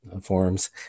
forms